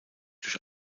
durch